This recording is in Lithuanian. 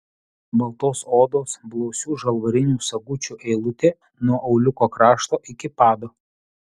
baltos odos blausių žalvarinių sagučių eilutė nuo auliuko krašto iki pado